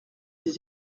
des